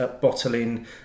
bottling